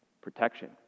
Protection